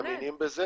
רונן.